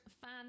fan